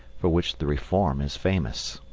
for which the reform is famous.